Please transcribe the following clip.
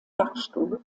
dachstuhl